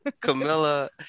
Camilla